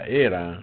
era